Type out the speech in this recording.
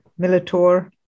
Militor